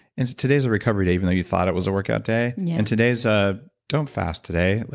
and today's a recovery day, even though you thought it was a workout day, and yeah and today's a. don't fast today.